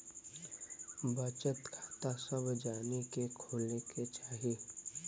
बचत खाता सभ जानी के खोले के चाही